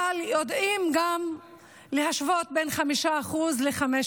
אבל יודעים להשוות בין 5% ל-15%.